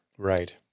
Right